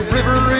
River